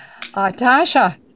tasha